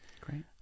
great